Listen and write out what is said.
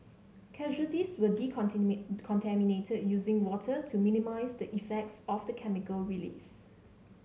casualties were decontaminated using water to minimise the effects of the chemical release